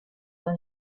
dans